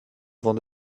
avant